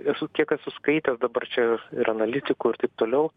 esu kiek esu skaitęs dabar čia ir analitikų ir taip toliau